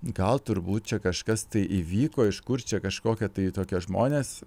gal turbūt čia kažkas tai įvyko iš kur čia kažkokie tai tokie žmonės